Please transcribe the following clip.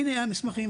הינה המסמכים,